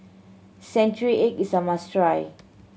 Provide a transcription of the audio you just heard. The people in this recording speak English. century egg is a must try